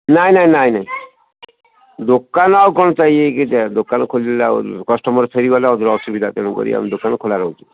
ନାହିଁ ନାହିଁ ନାହିଁ ନାହିଁ ଦୋକାନ ଆଉ କ'ଣ ଦୋକାନ ଖୋଲିବାକୁ କଷ୍ଟମର୍ ଫେରିଗଲେ ଅସୁବିଧା ତେଣୁ କରି ଦୋକାନ ଖୋଲା ରହୁଛି